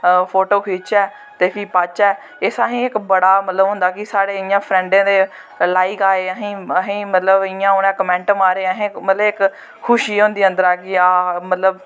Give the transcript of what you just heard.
photo खिचचै ते फ्ही पाच्चै एह् असें बड़ा होंदा कि मतलव साढ़े इयां फ्रैंडें दे लाईक आए असें मतलव इयां उनें कमैं'ट मारे असैं मतलव इक खुशी होंदी अंदरा कि हां